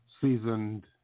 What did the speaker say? seasoned